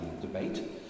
debate